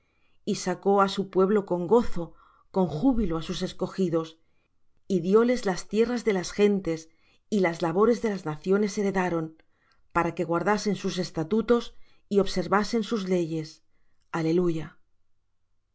y sacó á su pueblo con gozo con júbilo á sus escogidos y dióles las tierras de las gentes y las labores de las naciones heredaron para que guardasen sus estatutos y observasen sus leyes aleluya